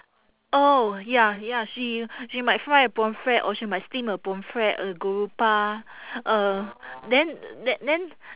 oh ya ya she she might fry a pomfret or she might steam a pomfret a grouper uh then th~ then